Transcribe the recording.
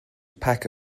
pack